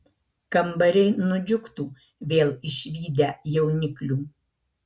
kambariai nudžiugtų vėl išvydę jauniklių